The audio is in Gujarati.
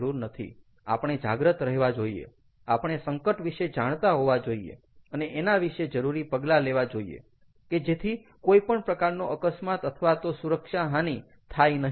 આપણે જાગ્રત રહેવા જોઈએ આપણે સંકટ વિષે જાણતા હોવા જોઈએ અને એના વિષે જરૂરી પગલા લેવા જોઈએ કે જેથી કોઈપણ પ્રકારનો અકસ્માત અથવા તો સુરક્ષા હાનિ થાય નહીં